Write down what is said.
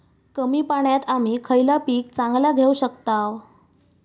कमी पाण्यात आम्ही खयला पीक चांगला घेव शकताव?